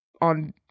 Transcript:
on